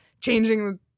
changing